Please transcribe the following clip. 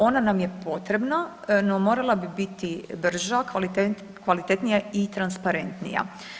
Ona nam je potrebna, no morala bi biti brža, kvalitetnija i transparentnija.